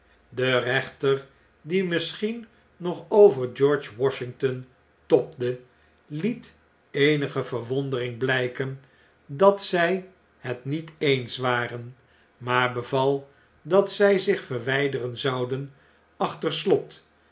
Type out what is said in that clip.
de rechter die misschien nog over george washington tobde liet eenige verwondering eene teleuestelling blgken dat zg het niet eens waren maar beval dat zjj zich verwjjderen zouden achter slot